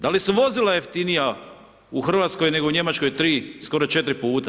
Da li su vozila jeftinija u Hrvatskoj nego u Njemačkoj 3, skoro 4 puta?